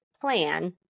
plan